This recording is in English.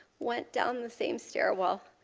went down the same stairwell,